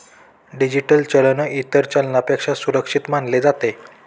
digital चलन इतर चलनापेक्षा सुरक्षित मानले जाते